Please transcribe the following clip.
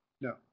No